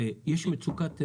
האם יש מצוקה?